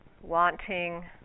wanting